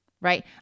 Right